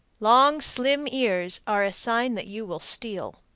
long, slim ears are a sign that you will steal.